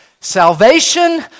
Salvation